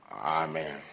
Amen